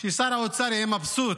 ששר האוצר יהיה מבסוט,